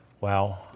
Wow